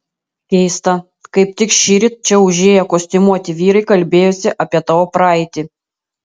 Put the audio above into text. keista kaip tik šįryt čia užėję kostiumuoti vyrai kalbėjosi apie tavo praeitį